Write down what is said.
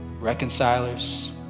Reconcilers